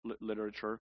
literature